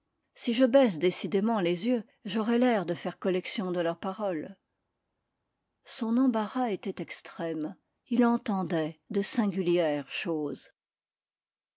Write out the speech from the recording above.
si je baisse décidément les yeux j'aurai l'air de faire collection de leurs paroles son embarras était extrême il entendait de singulières choses